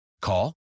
Call